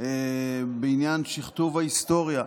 בעניין שכתוב ההיסטוריה.